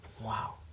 Wow